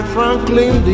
Franklin